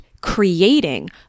creating